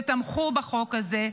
שתמכו בחוק הזה,